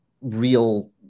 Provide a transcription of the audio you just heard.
real